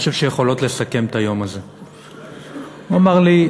הוא אמר לי: